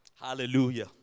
Hallelujah